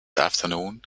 afternoon